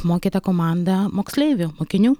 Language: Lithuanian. apmokyta komanda moksleivių mokinių